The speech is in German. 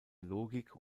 logik